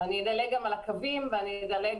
אנחנו רואים